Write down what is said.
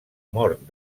mort